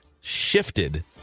shifted